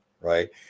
right